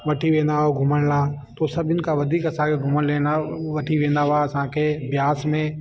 वठी वेंदा हुआ घुमण लाइ त सभिनि खां वधीक असांखे घुमण लाइ न वठी वेंदा हुआ असांखे ब्यास में